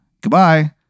goodbye